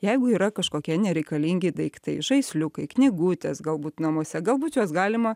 jeigu yra kažkokie nereikalingi daiktai žaisliukai knygutės galbūt namuose galbūt juos galima